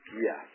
Yes